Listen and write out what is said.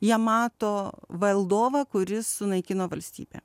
jie mato valdovą kuris sunaikino valstybę